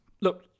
Look